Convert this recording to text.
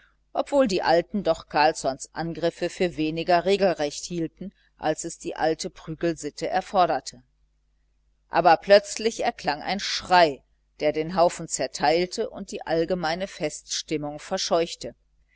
obwohl die alten doch carlssons angriffe für weniger regelrecht hielten als es die alte prügelsitte erforderte aber plötzlich erklang ein schrei der den haufen zerteilte und die allgemeine feststimmung verscheuchte